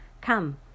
Come